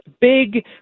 big